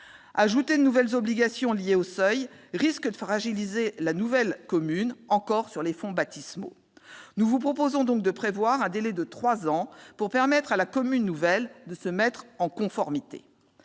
Ajouter de nouvelles obligations liées aux seuils risque de fragiliser la commune nouvelle, encore sur les fonts baptismaux. Nous proposons donc de prévoir un délai de trois ans pour permettre à la commune nouvelle de se mettre en conformité.